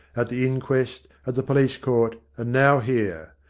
at the inquest, at the police court, and now here.